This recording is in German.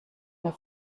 mehr